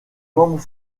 membres